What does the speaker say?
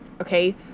Okay